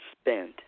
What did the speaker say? spent